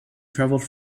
traveled